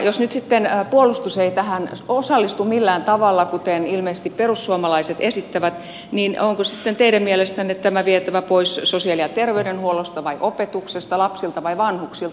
jos nyt sitten puolustus ei tähän osallistu millään tavalla kuten ilmeisesti perussuomalaiset esittävät niin onko sitten teidän mielestänne tämä vietävä pois sosiaali ja terveydenhuollosta vai opetuksesta lapsilta vai vanhuksilta